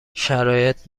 شرایط